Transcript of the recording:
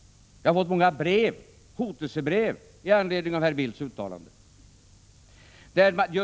Jag har också fått många hotelsebrev med anledning av herr Bildts uttalande.